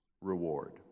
reward